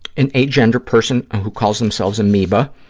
an agender person who calls themselves amoeba,